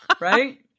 Right